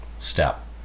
step